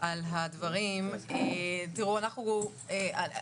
על הדברים, אני אומר מילה.